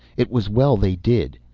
it was well they did.